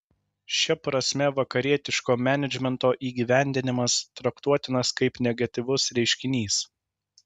šia prasme vakarietiško menedžmento įgyvendinimas traktuotinas kaip negatyvus reiškinys